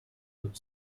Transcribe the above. would